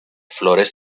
flores